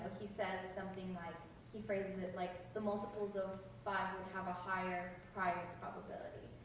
he says something like he phrases it like, the multiples of five would have a higher higher probability.